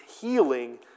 healing